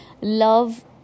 love